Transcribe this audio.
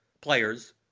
players